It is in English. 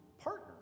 partner